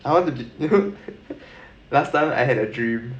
I want to be you know last time I had a dream